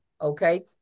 Okay